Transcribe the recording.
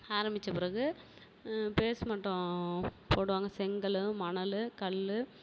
ஆரம்பித்த பிறகு பேஸ்மட்டம் போடுவாங்க செங்கல்லும் மணல் கல்